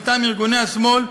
מטעם ארגוני השמאל,